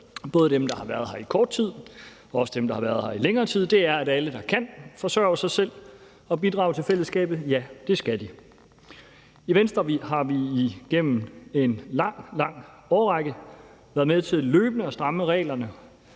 både dem, der har været kort tid, og også dem, der har været her i længere tid, er, at alle, der kan forsørge sig selv og bidrage til fællesskabet, skal gøre det. I Venstre har vi igennem en lang, lang årrække været med til løbende at stramme reglerne